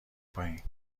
پایین